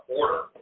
order